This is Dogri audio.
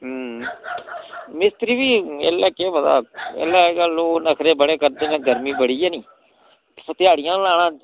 मिस्तरी बी ऐल्लै केह् पता ऐल्लै अजकल लोक नखरे बड़े करदे कन्नै गर्मी बड़ी ऐ नी इत्त ध्याड़ियां लाना